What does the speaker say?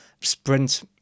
sprint